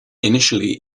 initially